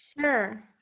sure